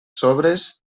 sobres